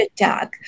attack